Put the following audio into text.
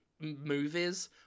movies